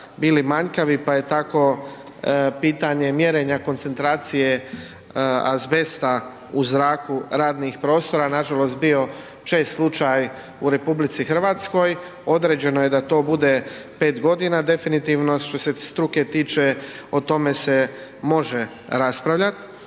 bili manjkavi, pa je tako pitanje mjerenja koncentracije azbesta u zraku radnih prostora nažalost bio čest slučaj u RH, određeno je da to bude 5.g. definitivno što se struke tiče o tome se može raspravljat.